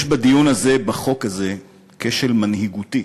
יש בדיון הזה, בחוק הזה, כשל מנהיגותי